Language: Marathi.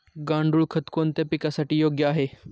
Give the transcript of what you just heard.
गांडूळ खत कोणत्या पिकासाठी योग्य आहे?